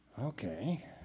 Okay